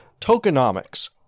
tokenomics